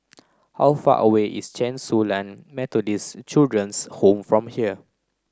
how far away is Chen Su Lan Methodist Children's Home from here